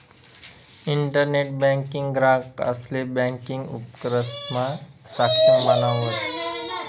internet banking ग्राहकंसले banking उपक्रमसमा सक्षम बनावस